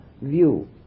view